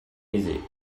aisée